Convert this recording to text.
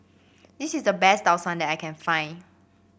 this is the best Tau Suan that I can find